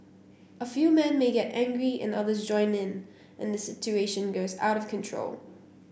a few men may get angry and others join in and the situation goes out of control